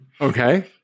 Okay